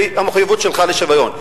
והמחויבות שלך לשוויון,